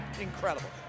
Incredible